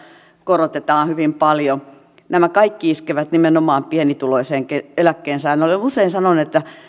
korotetaan hyvin paljon nämä kaikki iskevät nimenomaan pienituloiseen eläkkeensaajaan olen usein sanonut että